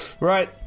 Right